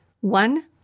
One